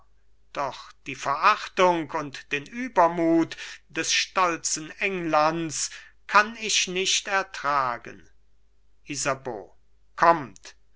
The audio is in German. doch die verachtung und den übermut des stolzen englands kann ich nicht ertragen isabeau kommt